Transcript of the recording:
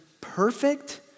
perfect